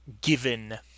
given